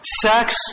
Sex